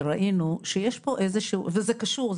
וזה קשור,